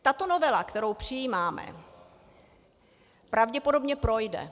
Tato novela, kterou přijímáme, pravděpodobně projde.